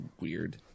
weird